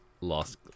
Lost